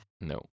No